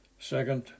Second